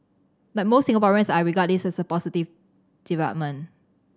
like most Singaporeans I regard this as a positive development